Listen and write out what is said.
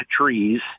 trees